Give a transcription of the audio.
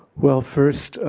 well, first,